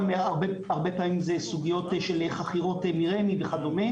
הרבה פעמים לסוגיות של חכירות מרמ"י וכדומה.